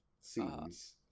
scenes